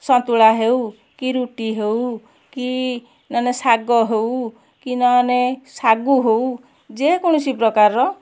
ସନ୍ତୁଳା ହେଉ କି ରୁଟି ହେଉ କି ନ ନେ ଶାଗ ହଉ କି ନ ନେ ଶାଗୁ ହଉ ଯେକୌଣସି ପ୍ରକାରର